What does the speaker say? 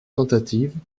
tentatives